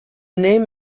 name